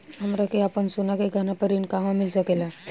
हमरा के आपन सोना के गहना पर ऋण कहवा मिल सकेला?